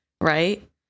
right